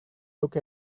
look